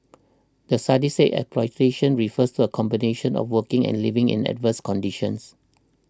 the study said exploitation refers to a combination of working and living in adverse conditions